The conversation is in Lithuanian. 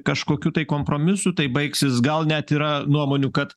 kažkokiu tai kompromisu tai baigsis gal net yra nuomonių kad